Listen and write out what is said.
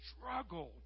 struggled